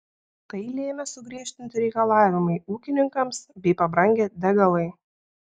tai lėmė sugriežtinti reikalavimai ūkininkams bei pabrangę degalai